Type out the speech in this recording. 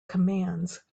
commands